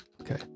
Okay